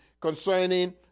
concerning